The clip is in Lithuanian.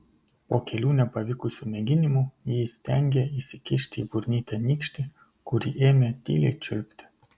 po kelių nepavykusių mėginimų ji įstengė įsikišti į burnytę nykštį kurį ėmė tyliai čiulpti